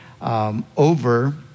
Over